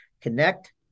connect